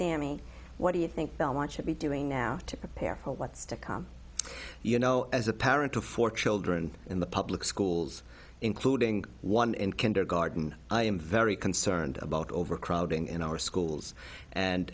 sami what do you think bill maher should be doing now to prepare for what's to come you know as a parent of four children in the public schools including one in kindergarten i am very concerned about overcrowding in our schools and